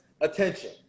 attention